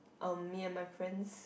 erm me and my friends